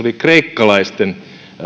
kreikkalaisten